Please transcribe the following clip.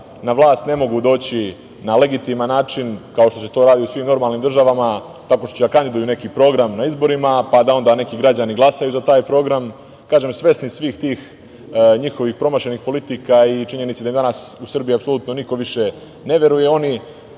na vlast ne mogu doći na legitiman način, kao što se to radi u svim normalnim državama, tako što će da kandiduju neki program na izborima, pa da onda neki građani glasaju za taj program, kažem, svesni svih tih njihovih promašenih politika i činjenice da im danas u Srbiji apsolutno niko više ne veruje, oni